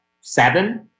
seven